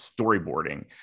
storyboarding